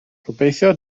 gobeithio